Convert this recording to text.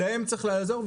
להם צריך לעזור,